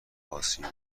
اسیبی